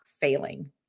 failing